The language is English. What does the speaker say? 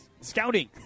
scouting